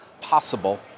possible